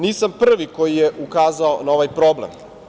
Nisam prvi koji je ukazao na ovaj problem.